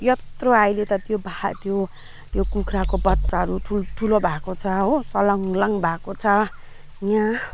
यत्रो आहिले त त्यो भा त्यो त्यो कुखुराको बच्चाहरू ठुलो ठुलो भएको छ हो सलङ्लङ भएको छ यहाँ